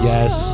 Yes